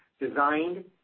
designed